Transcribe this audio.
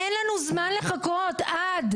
אין לנו זמן לחכות עד,